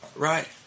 Right